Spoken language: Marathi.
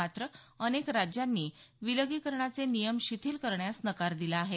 पण अनेक राज्यांनी विलगीकरणाचे नियम शिथिल करण्यास नकार दिला आहे